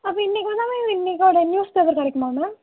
அப்போது இன்றைக்கு வந்தால் மேம் இன்றைக்கோட நியூஸ் பேப்பர் கிடைக்குமா மேம்